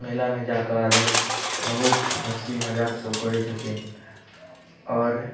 मेलामे जाके आदमी बहुत हँसी मजाक सब करै छथिन आओर